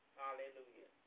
hallelujah